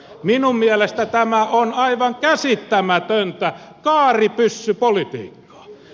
minun mielestäni tämä on aivan käsittämätöntä kaaripyssypolitiikkaa